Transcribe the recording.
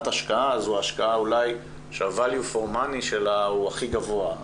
השקעה זו השקעה אולי שה-value for money שלה הוא הכי גבוה.